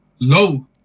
low